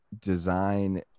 design